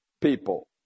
people